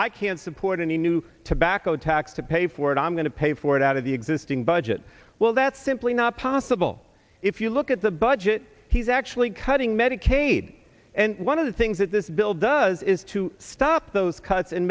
i can't support any new tobacco tax to pay for it i'm going to pay for it out of the existing budget well that's simply not possible if you look at the budget he's actually cutting medicaid and one of the things that this bill does is to stop those cuts